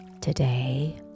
today